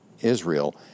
Israel